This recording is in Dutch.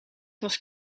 was